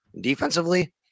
Defensively